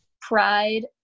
Pride